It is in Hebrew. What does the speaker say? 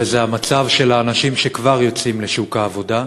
וזה המצב של האנשים שכבר יוצאים לשוק העבודה.